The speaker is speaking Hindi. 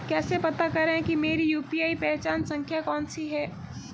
कैसे पता करें कि मेरी यू.पी.आई पहचान संख्या कौनसी है?